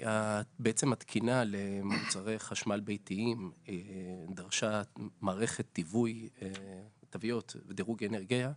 בעצם התקינה למוצרי חשמל ביתיים דרשה מערכת תוויות בדירוגי אנרגיה,